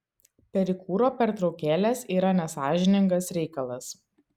perikūro pertraukėlės yra nesąžiningas reikalas